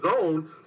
own